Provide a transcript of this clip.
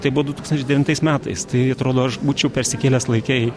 tai buvo du tūkstančiai devintais metais tai atrodo aš būčiau persikėlęs laike į